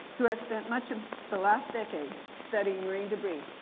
who has spent much of the last decade studying marine debris.